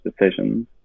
decisions